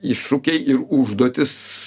iššūkiai ir užduotys